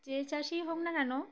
যে চাষিই হোক না কেন